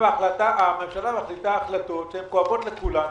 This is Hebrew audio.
הממשלה מקבלת החלטות שהן כואבות לכולנו,